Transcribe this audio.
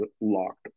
LOCKED